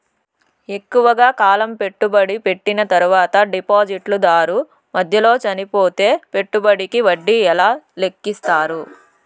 ఎక్కువగా కాలం పెట్టుబడి పెట్టిన తర్వాత డిపాజిట్లు దారు మధ్యలో చనిపోతే పెట్టుబడికి వడ్డీ ఎలా లెక్కిస్తారు?